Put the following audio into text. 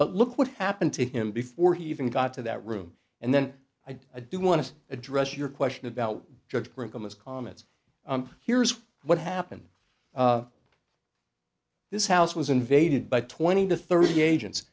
but look what happened to him before he even got to that room and then i do want to address your question about judge brigham as comet's here's what happened this house was invaded by twenty to thirty agents